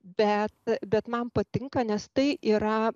bet bet man patinka nes tai yra